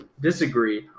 disagree